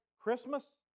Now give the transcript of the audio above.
Christmas